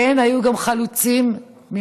כן, היו גם חלוצים ממרוקו.